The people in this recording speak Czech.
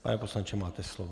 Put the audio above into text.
Pane poslanče, máte slovo.